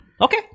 Okay